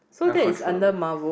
uncontrollable